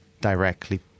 directly